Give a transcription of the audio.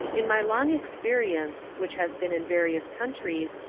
in my long experience, which has been in various countries,